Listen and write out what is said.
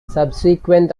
subsequent